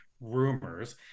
rumors